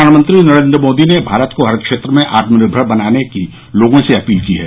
प्रधानमंत्री नरेन्द्र मोदी ने भारत को हर क्षेत्र में आत्मनिर्मर बनाने की लोगों से अपील की है